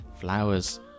Flowers